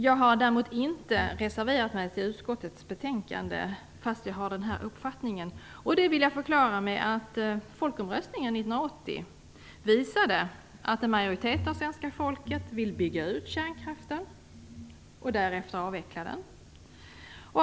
Jag har däremot inte reserverat mig mot utskottets hemställan, fast jag har denna uppfattning. Det vill jag förklara med att folkomröstningen 1980 visade att en majoritet av svenska folket vill bygga ut kärnkraften och därefter avveckla den.